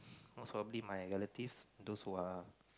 most probably my relatives those who are